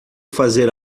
fazer